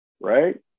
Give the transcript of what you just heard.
right